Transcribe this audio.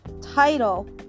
title